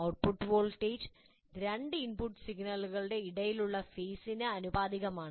output voltage രണ്ട് input സിഗ്നലുകൾക്കിടയിലുള്ള ഫേസിന് ആനുപാതികമാണ്